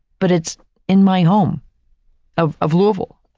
but it's in my home of of louisville,